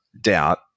doubt